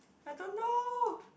I don't know